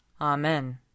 Amen